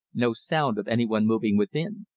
no sound of any one moving within.